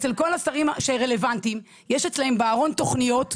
אצל כל השרים הרלוונטיים יש תוכניות בארון,